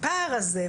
הפער הזה?